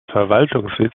verwaltungssitz